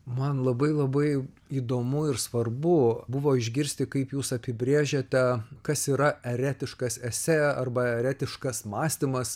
man labai labai įdomu ir svarbu buvo išgirsti kaip jūs apibrėžiate kas yra eretiškas esė arba eretiškas mąstymas